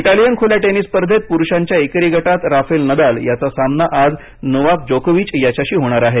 Italian खुल्या tennis स्पर्धेत पुरुषांच्या एकेरी गटात राफेल नदाल याचा सामना आज नोवाक जोकोविच याच्याशी होणार आहे